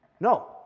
No